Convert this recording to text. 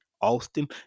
Austin